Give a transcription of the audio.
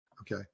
Okay